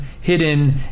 hidden